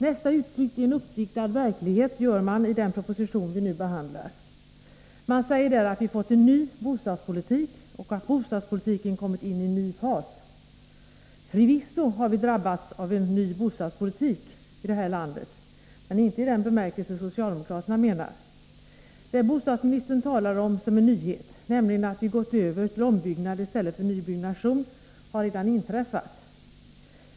Nästa utflykt i en uppdiktad verklighet gör man i den proposition vi nu behandlar. Man säger där att vi fått en ny bostadspolitik och att bostadspolitiken kommit in i en ny fas. Förvisso har vi drabbats av en ny bostadspolitik i det här landet, men inte i den bemärkelse socialdemokraterna menar. Det bostadsministern talar om som en nyhet, nämligen att vi gått över till ombyggnad i stället för nybyggnation, har redan inträffat.